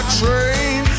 train